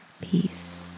peace